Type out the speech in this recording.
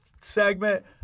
segment